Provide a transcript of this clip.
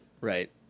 Right